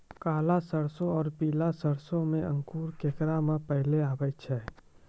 काला सरसो और पीला सरसो मे अंकुर केकरा मे पहले आबै छै?